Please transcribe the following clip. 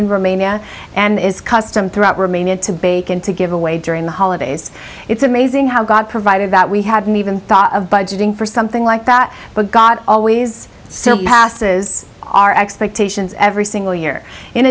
in romania and is custom throughout remain it to bake and to give away during the holidays it's amazing how god provided that we hadn't even thought of budgeting for something like that but god always simply passes our expectations every single year in